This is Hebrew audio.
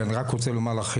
ואני רק רוצה לומר לך,